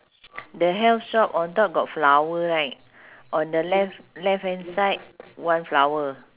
the health shop on top got flower right on the left left hand side one flower